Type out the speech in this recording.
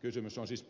kysymys on siis